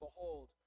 Behold